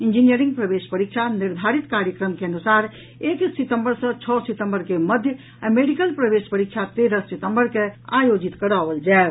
engineering प्रवेश परीक्षा निर्धारित कार्यक्रम के अनुसार एक सितम्बर सँ छओ सितम्बर के मध्य आ मेडिकल प्रवेश परीक्षा तेरह सितम्बर के आयोजित कराओल जायत